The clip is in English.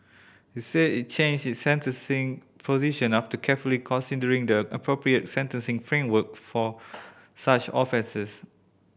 it said it changed its sentencing position after carefully considering the appropriate sentencing framework for such offences